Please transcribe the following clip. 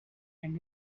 and